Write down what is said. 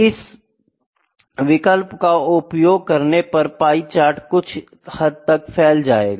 इस विकल्प का उपयोग करने पर पाई चार्ट कुछ हद तक फैल जायेगा